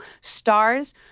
stars